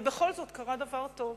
אבל בכל זאת קרה דבר טוב: